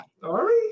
Sorry